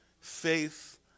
Faith